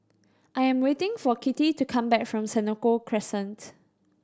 I am waiting for Kitty to come back from Senoko Crescent